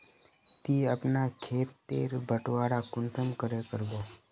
ती अपना खेत तेर बटवारा कुंसम करे करबो?